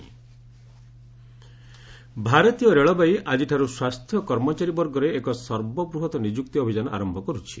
rail ଭାରତୀୟ ରେଳବାଇ ଆଜିଠାରୁ ସ୍ୱାସ୍ଥ୍ୟ କର୍ମଚାରୀ ବର୍ଗରେ ଏକ ସର୍ବବୃହତ୍ ନିଯୁକ୍ତି ଅଭିଯାନ ଆରମ୍ଭ କରୁଛି